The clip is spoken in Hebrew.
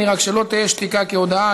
רק שלא תהא שתיקה כהודאה.